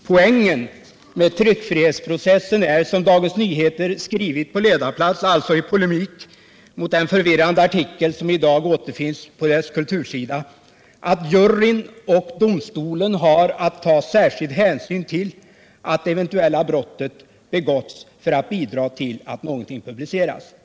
Poängen med tryckfrihetsprocessen är, som Dagens Nyheter skrivit på ledarplats, alltså i polemik mot den förvirrande artikel som i dag återfinns på dess kultursida, att juryn och domstolen har att ta särskild hänsyn till att det eventuella brottet begåtts för att bidra till att någonting publicerats.